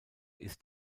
ist